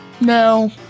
no